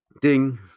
Ding